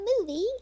movie